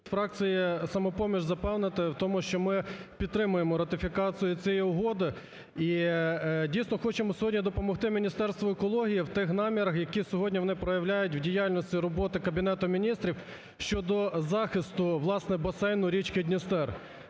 фракції "Самопоміч" запевнити в тому, що ми підтримаємо ратифікацію цієї угоди. І, дійсно, хочемо сьогодні допомогти Міністерству екології в тих намірах, які сьогодні вони проявляють в діяльності роботи Кабінету Міністрів щодо захисту, власне, басейну річки Дністер.